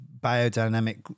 biodynamic